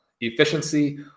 efficiency